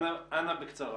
אנא, בקצרה.